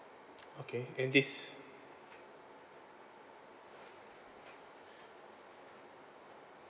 okay and this